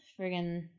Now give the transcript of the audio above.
friggin